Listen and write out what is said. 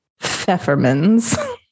Pfeffermans